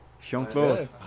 Jean-Claude